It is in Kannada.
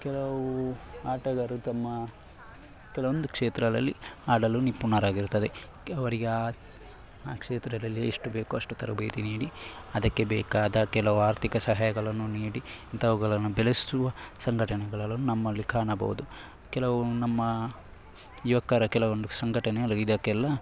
ಕೆಲವು ಆಟಗಾರರು ತಮ್ಮ ಕೆಲವೊಂದು ಕ್ಷೇತ್ರಗಳಲ್ಲಿ ಆಡಲು ನಿಪುಣರಾಗಿರುತ್ತಾರೆ ಅವರಿಗೆ ಆ ಆ ಕ್ಷೇತ್ರದಲ್ಲಿ ಎಷ್ಟು ಬೇಕೋ ಅಷ್ಟು ತರಬೇತಿ ನೀಡಿ ಅದಕ್ಕೆ ಬೇಕಾದ ಕೆಲವು ಆರ್ಥಿಕ ಸಹಾಯಗಳನ್ನು ನೀಡಿ ಇಂಥವುಗಳನ್ನು ಬೆಳೆಸುವ ಸಂಘಟನೆಗಳನ್ನು ನಮ್ಮಲ್ಲಿ ಕಾಣಬಹುದು ಕೆಲವು ನಮ್ಮ ಯುವಕರ ಕೆಲವೊಂದು ಸಂಘಟನೆಗಳು ಇದಕ್ಕೆಲ್ಲ